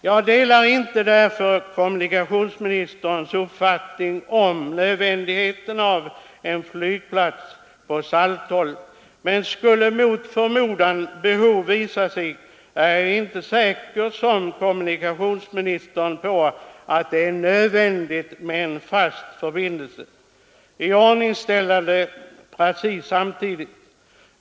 Jag delar därför inte kommunikationsministerns uppfattning om nödvändigheten av en flygplats på Saltholm, men skulle mot förmodan behovet visa sig är jag inte säker, som kommunikationsministern, på att det är nödvändigt att en fast förbindelse iordningställes precis samtidigt.